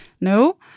No